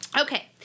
Okay